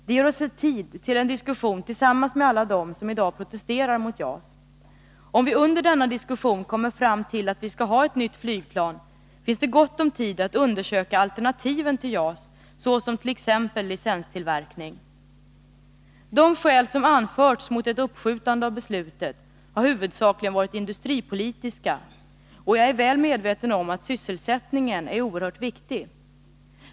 Det ger oss tid till en diskussion tillsammans med alla dem som i dag protesterar mot JAS. Om vi under denna diskussion kommer fram till att vi skall ha ett nytt flygplan, finns det gott om tid att undersöka alternativen till JAS, t.ex. licenstillverkning. De skäl som anförts mot uppskjutande av beslutet har huvudsakligen varit industripolitiska, och jag är väl medveten om att sysselsättningen är oerhört viktig.